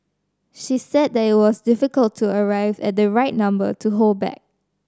she said that it was difficult to arrive at the right number to hold back